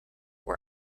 were